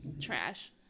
trash